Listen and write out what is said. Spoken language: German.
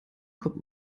kommt